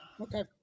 Okay